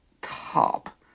top